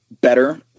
better